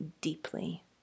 deeply